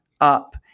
up